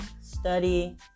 study